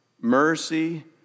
mercy